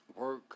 work